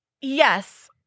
Yes